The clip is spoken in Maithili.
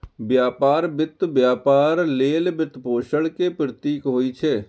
व्यापार वित्त व्यापार लेल वित्तपोषण के प्रतीक होइ छै